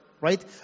right